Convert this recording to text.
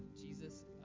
Jesus